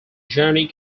journey